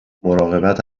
مراقبت